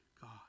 god